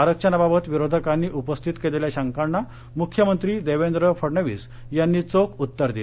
आरक्षणावाबत विरोधकांनी उपस्थित केलेल्या शंकांना मुख्यमंत्री देवेंद्र फडणवीस यांनी चोख उत्तर दिलं